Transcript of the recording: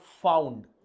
found